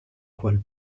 quel